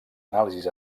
anàlisis